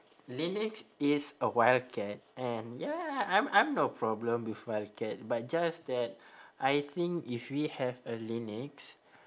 lynx is a wild cat and ya I'm I'm no problem with wild cat but just that I think if we have a lynx